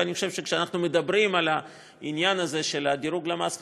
ואני חושב שכשאנחנו מדברים על העניין של דירוג הלמ"ס החדש,